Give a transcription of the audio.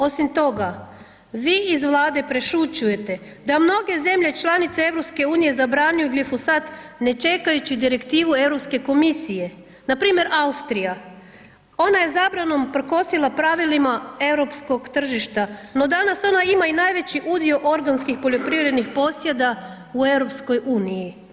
Osim toga, vi iz Vlade prešućujete da mnoge zemlje članice Europske unije zabranjuju glifosat ne čekajući Direktivu Europske komisije, na primjer Austrija, ona je zabranom prkosila pravilima europskog tržišta, no danas ona ima i najveći udio organskih poljoprivrednih posjeda u Europskoj uniji.